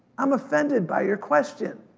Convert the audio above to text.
i'm offended by your question,